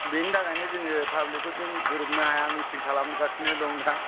बेनि थाखायनो जोंङो पाब्लिक फोरजों गोरोबनो हाया मिटिं खालामगासिनो दं दा